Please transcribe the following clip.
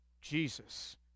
Jesus